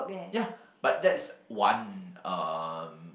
ya but that's one um